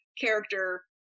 character